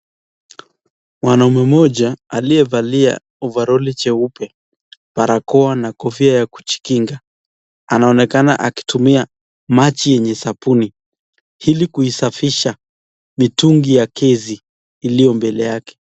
Mwanaume mmoja aliyevalia ovaroli cheupe, barakoa na kofia ya kujikinga anaonekana akitumia maji yenye sabuni ili kuisafisha mitungi ya gezi iliyo mbele yake.